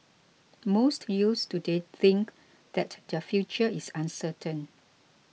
most youths today think that their future is uncertain